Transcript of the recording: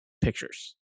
pictures